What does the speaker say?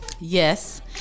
Yes